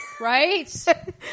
Right